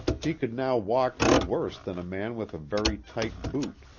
he could now walk no worse than a man with a very tight boot.